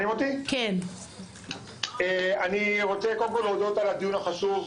אני רוצה קודם כל להודות על הדיון החשוב,